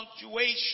punctuation